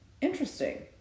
Interesting